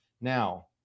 now